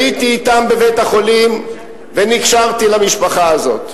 הייתי אתם בבית-החולים ונקשרתי למשפחה הזאת.